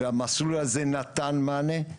והמסלול הזה נתן מענה,